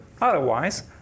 Otherwise